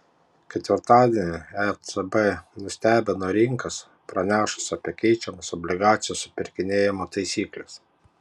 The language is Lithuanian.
ketvirtadienį ecb nustebino rinkas pranešus apie keičiamas obligacijų supirkinėjimo taisykles